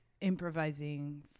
improvising